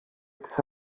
τις